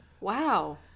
Wow